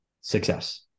success